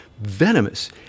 venomous